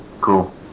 cool